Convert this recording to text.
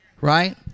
right